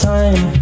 time